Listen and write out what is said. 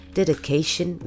Dedication